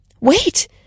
Wait